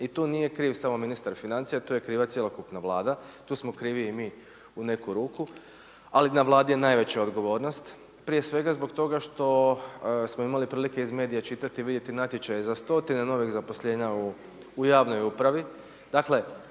i tu nije kriv samo ministar financija, tu je kriva cjelokupna Vlada, tu smo krivi i mi u neku ruku ali na Vladi je najveća odgovornost prije svega zbog toga što smo imali prilike iz medija čitati, vidjeti natječaje za stotine novih zaposlenja u javnoj upravi.